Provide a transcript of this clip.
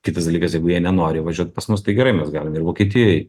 kitas dalykas jeigu jie nenori važiuoti pas mus tai gerai mes galim ir vokietijoj